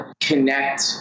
connect